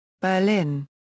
Berlin